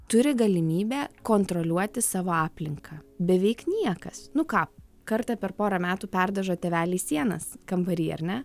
turi galimybę kontroliuoti savo aplinką beveik niekas nu ką kartą per porą metų perdažo tėveliai sienas kambary ar ne